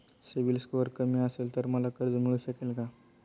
CIBIL score कमी असेल तर मला कर्ज मिळू शकेल का?